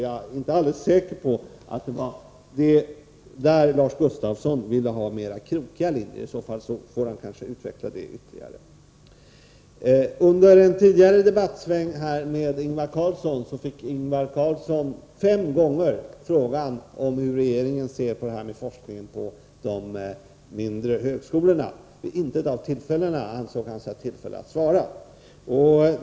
Jag är inte alldeles säker på att det var där Lars Gustafsson ville ha mera krokiga linjer — i så fall får han kanske utveckla det vidare. Under en tidigare debattsväng fick Ingvar Carlsson fem gånger frågan hur regeringen ser på forskningen på de mindre högskolorna. Vid intet av tillfällena ansåg han sig ha tillfälle att svara.